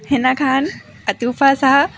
Hina Khan Atufa Shah